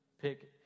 pick